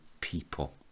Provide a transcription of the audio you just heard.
people